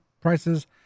prices